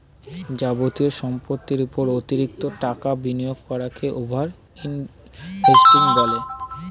যাবতীয় সম্পত্তির উপর অতিরিক্ত টাকা বিনিয়োগ করাকে ওভার ইনভেস্টিং বলে